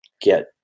get